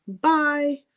bye